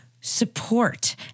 support